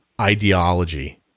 ideology